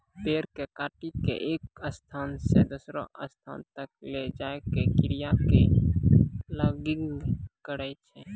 पेड़ कॅ काटिकॅ एक स्थान स दूसरो स्थान तक लै जाय के क्रिया कॅ लॉगिंग कहै छै